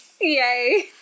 Yay